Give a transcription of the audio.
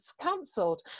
cancelled